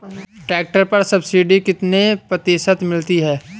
Tractor पर subsidy कितने प्रतिशत मिलती है?